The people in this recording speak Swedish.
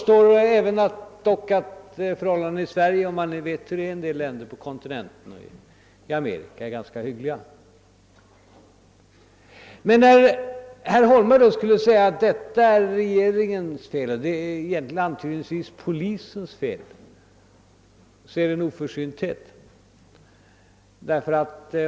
När man vet hurdana förhållandena är i en del andra länder på kon tinenten och i Amerika vågar man dock påstå att förhållandena i Sverige är ganska hyggliga. När herr Holmberg sade att det är regeringens — antydningsvis polisens — fel är det emellertid en oförsynthet.